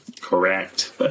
Correct